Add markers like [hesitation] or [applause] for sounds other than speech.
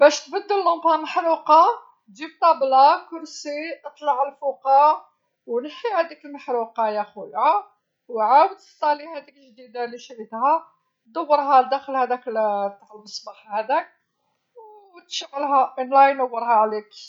باش تبدل مصباح محروقه تجيب طابله كرسي، اطلع الفوقا، ونحي هاديك المحروقه يا خويا وعاود سطالي هاديك الجديده اللي شريتها، دورها الداخل هداك [hesitation] تاع المصباح هداك، وتشعلها الله ينورها عليك.